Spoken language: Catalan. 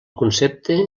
concepte